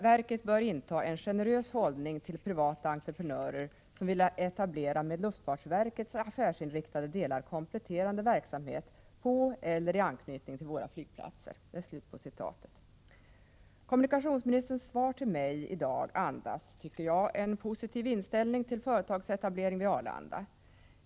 Verket bör inta en generös hållning till privata entreprenörer som vill etablera med luftfartsverkets affärsinriktade delar kompletterande verksamhet på eller i anknytning till våra flygplatser.” Kommunikationsministerns svar till mig i dag andas, tycker jag, en positiv inställning till företagsetablering vid Arlanda.